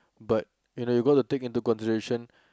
but you know you go to take into consideration